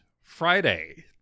Friday